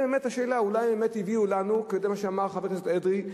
זו השאלה וזה מה שאמר חבר הכנסת אדרי,